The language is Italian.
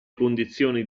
condizioni